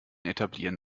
etablieren